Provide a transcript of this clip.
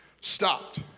stopped